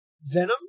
venom